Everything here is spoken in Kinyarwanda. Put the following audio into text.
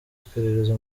iperereza